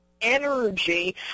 energy